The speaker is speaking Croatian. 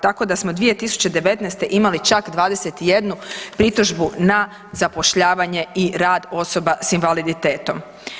Tako da smo 2019. imali čak 21 pritužbu na zapošljavanje i rad osoba s invaliditetom.